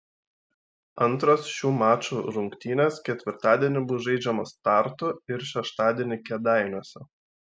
antros šių mačų rungtynės ketvirtadienį bus žaidžiamos tartu ir šeštadienį kėdainiuose